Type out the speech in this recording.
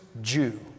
Jew